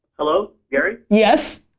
hello? gary? yes.